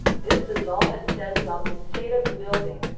this is all it says about the state of the building.